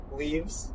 leaves